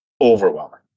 overwhelming